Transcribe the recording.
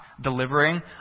delivering